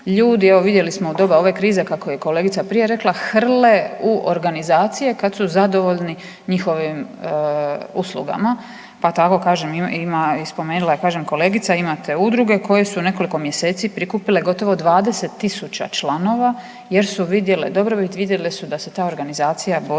Ljudi evo vidjeli smo u doba ove krize kako je kolegica prije rekla hrle u organizacije kad su zadovoljni njihovim uslugama. Pa tako kažem ima i spomenula je, kažem kolegica ima te udruge koje su u nekoliko mjeseci prikupile gotovo 20.000 članova jer su vidjele, dobrobit, vidjele su da se ta organizacija bori